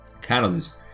catalyst